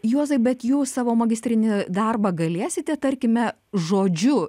juozai bet jūs savo magistrinį darbą galėsite tarkime žodžiu